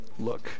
look